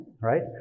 right